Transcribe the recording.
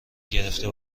گرفته